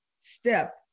step